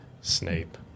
Snape